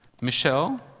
Michelle